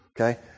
okay